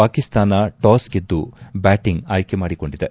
Pakistan toss ಗೆದ್ದು batting ಆಯ್ಲೆ ಮಾಡಿಕೊಂಡಿದೆ